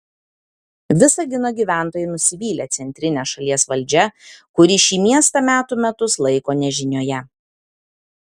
visagino gyventojai nusivylę centrine šalies valdžia kuri šį miestą metų metus laiko nežinioje